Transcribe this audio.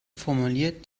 formuliert